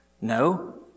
No